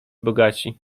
bogaci